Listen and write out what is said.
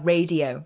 Radio